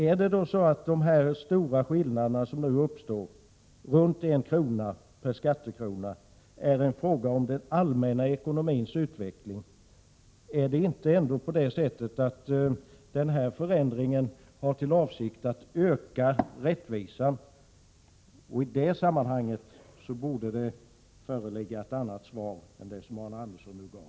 Är de stora skillnader som nu uppstår, runt en krona per skattekrona, en fråga om den allmäna ekonomins utveckling? Är inte avsikten med denna förändring att öka rättvisan? I detta sammanhang borde det föreligga ett annat svar än det som Arne Andersson nu gav.